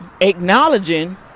acknowledging